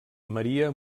maria